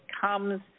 comes